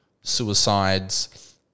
suicides